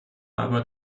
aber